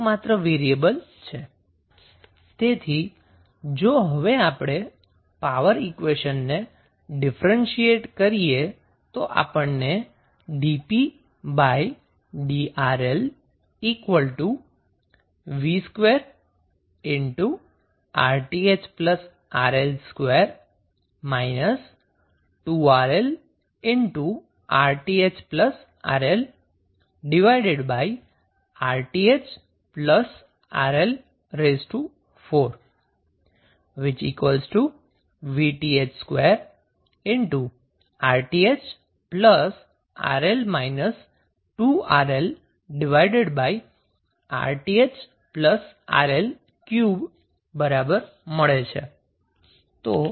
તેથી જો હવે આપણે પાવર ઈક્વેશન ને ડિફરેન્સીએટ કરીએ તો આપણને dpdRL VTh2RTh RL2 2RLRTh RLRTh RL4 VTh2RTh RL 2RLRTh RL3 મળે છે